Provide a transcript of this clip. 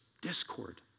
discord